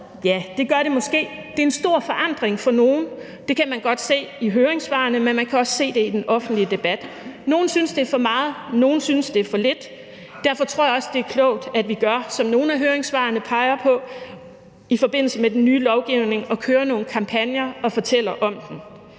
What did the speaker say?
Ja, det gør det måske. Det er en stor forandring for nogle, og det kan man godt se i høringssvarene, men man kan også se det i den offentlige debat. Nogle synes, det er for meget, nogle synes, det er for lidt. Derfor tror jeg også, det er klogt, at vi gør det, som nogle af høringssvarene peger på, nemlig at vi i forbindelse med den nye lovgivning kører nogle kampagner og fortæller om det.